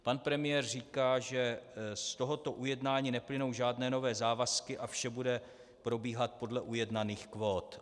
Pan premiér říká, že z tohoto ujednání neplynou žádné nové závazky a vše bude probíhat podle ujednaných kvót.